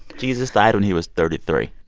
jesus died when he was thirty three